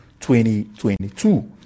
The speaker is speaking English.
2022